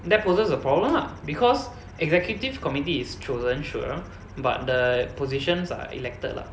that poses a problem lah because executive committee is chosen sure but the positions are elected lah